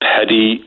Paddy